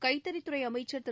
கைத்தறித்துறை அமைச்சர் திரு